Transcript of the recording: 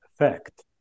effect